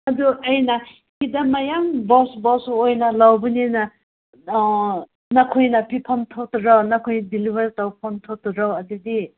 ꯑꯗꯨ ꯑꯩꯅ ꯍꯤꯗꯥꯛ ꯃꯌꯥꯝ ꯕꯣꯛꯁ ꯕꯣꯛꯁ ꯑꯣꯏꯅ ꯂꯧꯕꯅꯤꯅ ꯅꯈꯣꯏꯅ ꯄꯤꯐꯝ ꯊꯣꯛꯇ꯭ꯔꯣ ꯅꯈꯣꯏꯅ ꯗꯤꯂꯤꯕꯔ ꯇꯧꯐꯝ ꯊꯣꯛꯇ꯭ꯔꯣ ꯑꯗꯨꯗꯤ